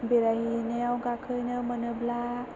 बेरायनायाव गाखोनो मोनोब्ला